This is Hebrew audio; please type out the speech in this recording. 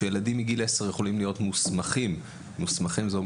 היא שילדים מגיל עשר יכולים להיות מוסמכים "מוסמכים" אומר